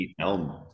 Elm